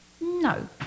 No